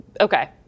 Okay